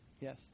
Yes